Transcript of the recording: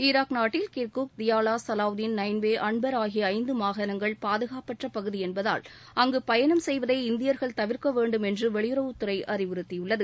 Iraq நாட்டில் Kirkuk தியாவா சவாவுதீன் நைன்வே அன்பர் ஆகிய ஐந்து மாகாணங்கள் பாதுகாப்பற்ற பகுதி என்பதால் அங்கு பயணம் செய்வதை இந்தியர்கள் தவிர்க்க வேண்டும் என்றும் வெளியுறவுத்துறை அறிவுறுத்தியுள்ளது